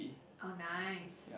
oh nice